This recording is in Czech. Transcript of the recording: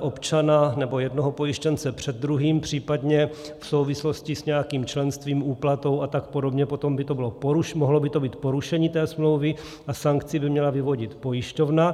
občana nebo jednoho pojištěnce před druhým, případně v souvislosti s nějakým členstvím, úplatou a tak podobně, potom by to bylo, mohlo by to být porušení té smlouvy a sankci by měla vyvodit pojišťovna.